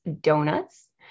donuts